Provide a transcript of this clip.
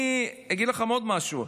אני אגיד לכם עוד משהו,